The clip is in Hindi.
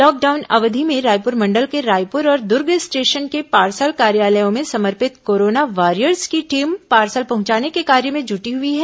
लॉकडाउन अवधि में रायपुर मंडल के रायपुर और दुर्ग स्टेशन के पार्सल कार्यालयों में समर्पित कोरोना वॉरियर्स की टीम पार्सल पहुंचाने के कार्य में जुटी हुई है